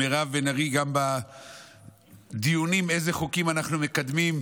גם מירב בן ארי, בדיונים איזה חוקים אנחנו מקדמים,